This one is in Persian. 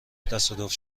تصادف